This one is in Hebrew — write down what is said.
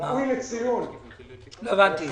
ראוי לציון בהחלט.